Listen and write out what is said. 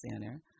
Center